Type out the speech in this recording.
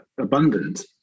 abundant